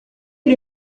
ele